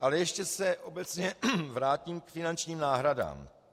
Ale ještě se obecně vrátím k finančním náhradám.